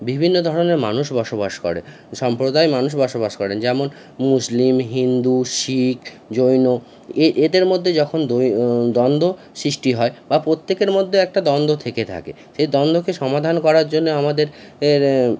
বিভিন্ন ধরনের মানুষ বসবাস করে সম্প্রদায়ের মানুষ বসবাস করেন যেমন মুসলিম হিন্দু শিখ জৈন এদের মধ্যে যখন দ্বন্দ্ব সৃষ্টি হয় বা প্রত্যেকের মধ্যে একটা দ্বন্দ্ব থেকে থাকে সেই দ্বন্দ্বকে সমাধান করার জন্য আমাদের এর